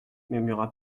murmura